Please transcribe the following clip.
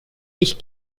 ich